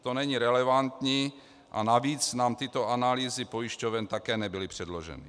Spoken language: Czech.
To není relevantní a navíc nám tyto analýzy pojišťoven také nebyly předloženy.